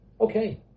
Okay